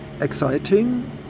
exciting